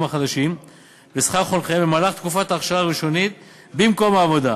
החדשים ושכר חונכיהם במהלך תקופת ההכשרה הראשונית במקום העבודה.